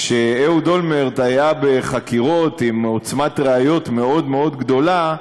כשאהוד אולמרט היה בחקירות עם עוצמת ראיות מאוד מאוד גדולה,